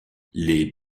les